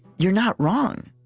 you're not wrong.